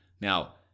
Now